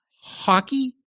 Hockey